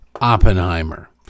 Oppenheimer